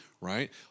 right